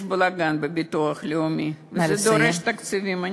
יש בלגן בביטוח לאומי, וזה דורש תקציבים.